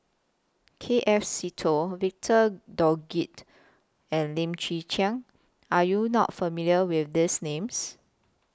K F Seetoh Victor Doggett and Lim Chwee Chian Are YOU not familiar with These Names